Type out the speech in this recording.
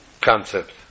concept